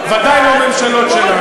ודאי לא הממשלות שלנו.